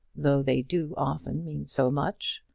though they do often mean so much.